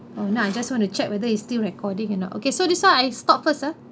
oh no I just want to check whether is still recording you know okay so this one I stop first ah